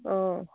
অঁ